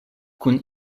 kun